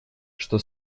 что